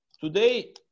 Today